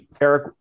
eric